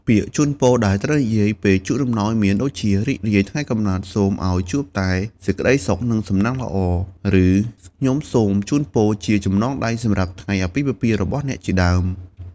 ពាក្យជូនពរដែលត្រូវនិយាយពេលជូនអំណោយមានដូចជា "រីករាយថ្ងៃកំណើត សូមឲ្យជួបតែសេចក្ដីសុខ និងសំណាងល្អ" ឬ "ខ្ញុំសូមជូនជាចំណងដៃសម្រាប់ថ្ងៃអាពាហ៍ពិពាហ៍របស់អ្នក" ជាដើម។